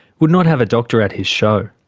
would not have a doctor at his show.